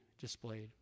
displayed